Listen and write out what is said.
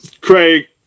Craig